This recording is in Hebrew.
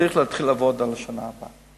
צריך להתחיל לעבוד על השנה הבאה.